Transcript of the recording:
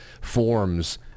forms